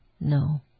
No